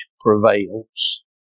prevails